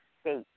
state